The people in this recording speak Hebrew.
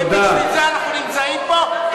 ובשביל זה אנחנו נמצאים פה,